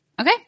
Okay